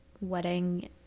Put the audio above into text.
wedding